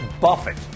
Buffett